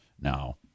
Now